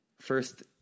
first